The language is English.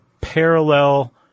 parallel